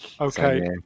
Okay